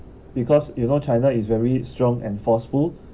because you know china is very strong and forceful